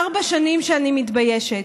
ארבע שנים שאני מתביישת.